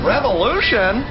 Revolution